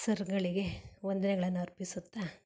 ಸರ್ಗಳಿಗೆ ವಂದನೆಗಳನ್ನು ಅರ್ಪಿಸುತ್ತಾ